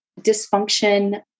dysfunction